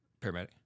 Paramedic